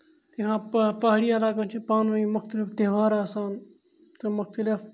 یا پا پہاڑی علاقن چھِ پانہٕ ؤنۍ مُختلف تہ تہوار آسان تہٕ مُختلف